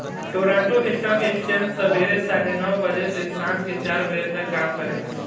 Toronto stock exchange सबेरे साढ़े नौ बजे से सांझ के चार बजे तक काम करेला